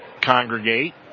congregate